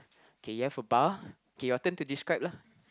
K you have a bar K your turn to describe lah